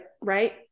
right